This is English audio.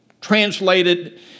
translated